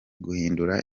guhindura